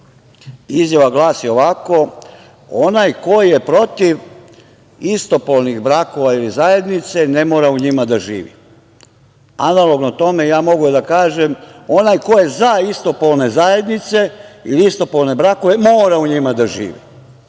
Izjava glasi ovako – onaj ko je protiv istopolnih brakova ili zajednice ne mora u njima da živi. Analogno tome ja mogu da kažem – onoj ko je za istopolne zajednice ili istopolne brakove mora u njima da živi. Dame